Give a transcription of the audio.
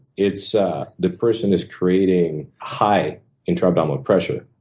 it's the person is creating high inter-abdominal pressure,